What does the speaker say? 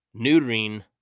neutering